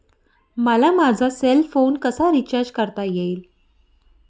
मला माझा cell phone कसा रिचार्ज करता येईल?